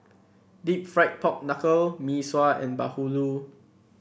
deep fried Pork Knuckle Mee Sua and bahulu